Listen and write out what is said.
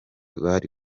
bari